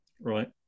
Right